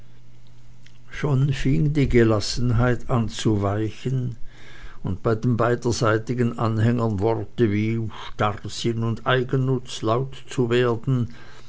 schon fing die gelassenheit an zu weichen und bei den beiderseitigen anhängern worte wie starrsinn und eigennutz laut zu werden